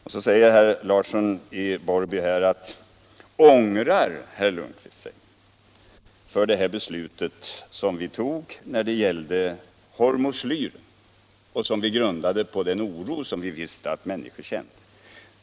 Och så frågar herr Larsson i Borrby: Ångrar herr Lundkvist sig för det här beslutet som vi tog när det gällde hormoslyr och som vi grundade på den oro som vi visste att människor kände.